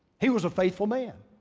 he was a faithful man.